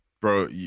bro